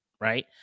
Right